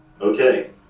Okay